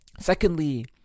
Secondly